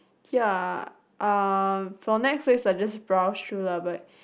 ya uh for Netflix I just browse through lah but